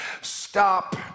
Stop